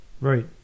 Right